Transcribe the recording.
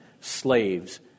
slaves